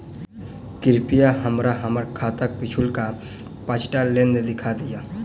कृपया हमरा हम्मर खाताक पिछुलका पाँचटा लेन देन देखा दियऽ